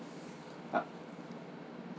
err